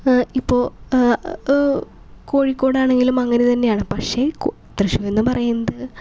ഇപ്പോൾ കോഴിക്കോടാണെങ്കിലുമങ്ങനെ തന്നെയാണ് പക്ഷേ തൃശ്ശൂർ എന്ന് പറയുന്നത്